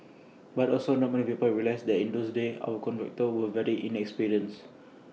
but also not many people realise that in those days our contractors were very inexperienced